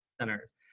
centers